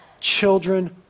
children